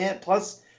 plus